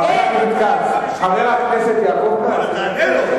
היהודים שחטו כל שנה, חבר הכנסת יעקב כץ.